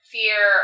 fear